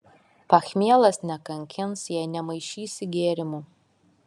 pachmielas nekankins jei nemaišysi gėrimų